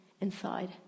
inside